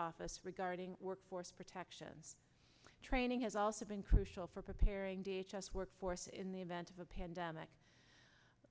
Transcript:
office regarding workforce protection training has also been crucial for preparing d h us workforce in the event of a pandemic